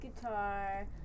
guitar